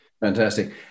Fantastic